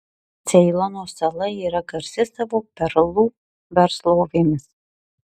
ceilono sala yra garsi savo perlų verslovėmis